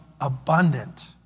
abundant